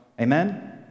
Amen